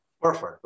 Perfect